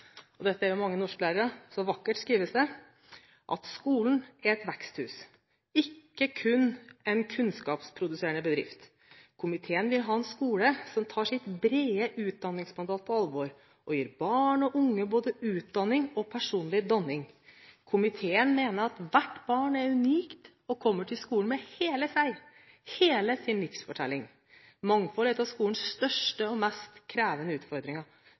og i den er det jo mange norsklærere, så vakkert skrives det – «vil påpeke at skolen er et veksthus, ikke kun en kunnskapsproduserende bedrift». Det skrives videre: «Komiteen vil ha en skole som tar sitt brede danningsmandat på alvor og gir barn og unge både utdanning og personlig danning. Komiteen mener hvert barn er unikt og kommer til skolen med hele seg, hele sin livsfortelling. Mangfold er en av skolens største og mest krevende utfordringer.